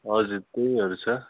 हजुर त्यहीहरू छ